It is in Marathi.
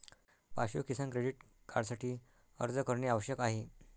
पाशु किसान क्रेडिट कार्डसाठी अर्ज करणे आवश्यक आहे